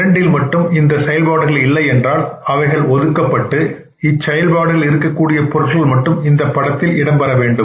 இரண்டில் மட்டும் இந்த செயல்பாடுகள் இல்லை என்றால் அவைகள் ஒதுக்கப்பட்டு இச்செயல்பாடு இருக்கக்கூடிய பொருட்கள் மட்டும் இந்த படத்தில் இடம்பெற வேண்டும்